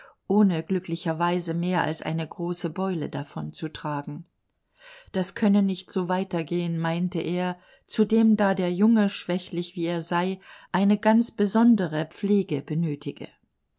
ohne glücklicherweise mehr als eine große beule davonzutragen das könne nicht so weiter gehen meinte er zudem da der junge schwächlich wie er sei eine ganz besondere pflege benötige